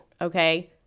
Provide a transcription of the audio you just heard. Okay